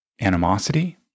animosity